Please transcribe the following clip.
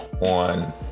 on